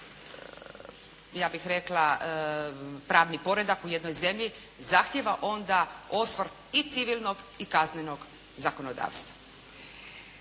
ja bih rekla pravni poredak u jednoj zemlji zahtijeva onda osvrt i civilnog i kaznenog zakonodavstva.